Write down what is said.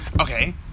Okay